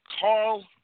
Carl